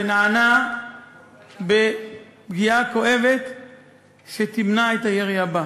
ונענה בפגיעה כואבת שתמנע את הירי הבא.